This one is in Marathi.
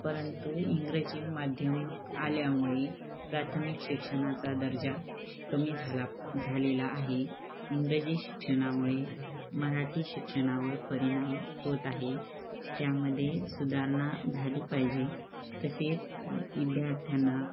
परंतु इंग्रजी माध्यम आल्यामुळे प्राथमिक शिक्षणाचा दर्जा कमी झाला झालेला आहे इंग्रजी शिक्षणामुळे मराठी शिक्षणावर परिणाम होत आहे त्यामध्ये सुधारणा झाली पाहिजे तसेच विद्यार्थ्यांना